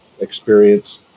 experience